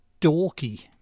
dorky